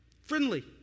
Friendly